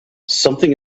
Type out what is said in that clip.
something